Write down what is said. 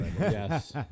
Yes